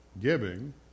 giving